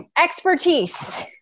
Expertise